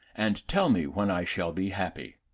and tell me when i shall be happy.